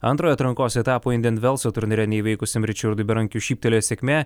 antrojo atrankos etapo indian velso turnyre neįveikusiems ričardu berankiu šyptelėjo sėkmė